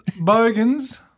bogans